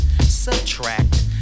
Subtract